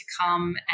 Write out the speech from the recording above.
come